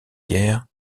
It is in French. guerre